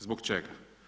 Zbog čega?